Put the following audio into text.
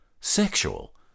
sexual